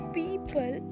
people